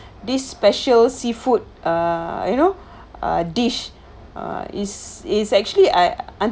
this special seafood uh you know ah dish uh is is actually I